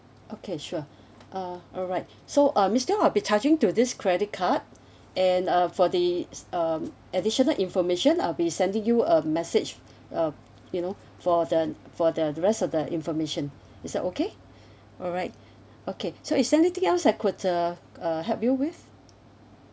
okay sure uh alright so uh miss teo I'll be charging to this credit card and uh for the s~ uh additional information I'll be sending you a message um you know for the for the rest of the information is that okay alright okay so is there anything else I could uh uh help you with